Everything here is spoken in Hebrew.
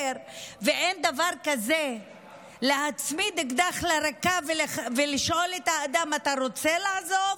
ושאין דבר כזה להצמיד אקדח לרקה ולשאול את האדם: אתה רוצה לעזוב?